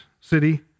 city